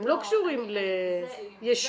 הם לא קשורים ליישוב.